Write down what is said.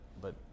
but-